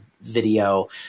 video